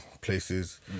places